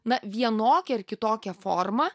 na vienokia ar kitokia forma